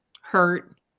hurt